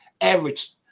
Average